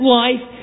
life